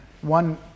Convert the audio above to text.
one